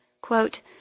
Quote